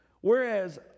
Whereas